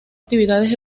actividades